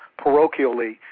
parochially